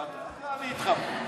אני איתך.